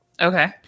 Okay